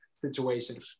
situation